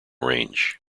range